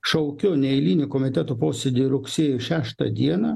šaukiu neeilinį komiteto posėdį rugsėjo šeštą dieną